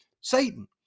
Satan